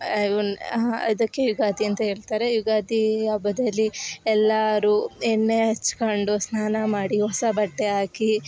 ಇವುನ್ನ ಇದಕ್ಕೆ ಯುಗಾದಿ ಅಂತ ಹೇಳ್ತಾರೆ ಯುಗಾದೀ ಹಬ್ಬದಲ್ಲಿ ಎಲ್ಲರು ಎಣ್ಣೆ ಹಚ್ಕೊಂಡು ಸ್ನಾನ ಮಾಡಿ ಹೊಸ ಬಟ್ಟೆ ಹಾಕಿ